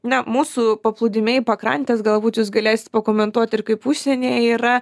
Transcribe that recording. na mūsų paplūdimiai pakrantės galbūt ūs galėsit pakomentuot ir kaip užsienyje yra